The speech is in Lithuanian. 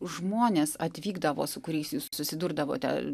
žmonės atvykdavo su kuriais jūs susidurdavote